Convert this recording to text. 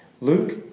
Luke